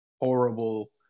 horrible